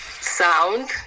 sound